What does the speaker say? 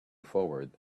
forward